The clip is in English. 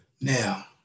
now